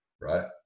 right